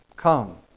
Come